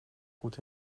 goed